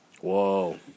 whoa